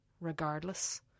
regardless